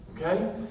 okay